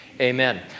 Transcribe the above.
amen